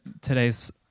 today's